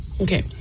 Okay